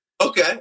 Okay